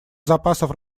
запасов